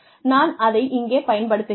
நான் அதை இங்கே பயன்படுத்துகிறேன்